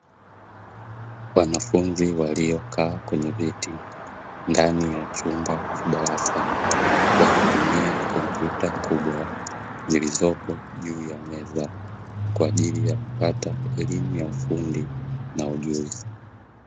Waanafunzi walio kaa kwenye viti, ndani ya chumba cha darasa wakitumia kompyuta kubwa zilizopo juu ya meza, kwa ajili ya kupata elimu ya ufundi na ujuzi.